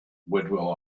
whitwell